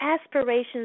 aspirations